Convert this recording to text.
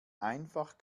einfach